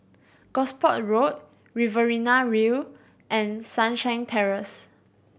Gosport Road Riverina View and Sunshine Terrace